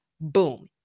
Boom